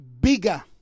bigger